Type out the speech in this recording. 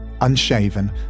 unshaven